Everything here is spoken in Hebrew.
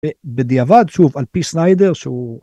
בדיעבד שוב על פי סניידר שהוא.